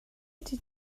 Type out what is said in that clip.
ydy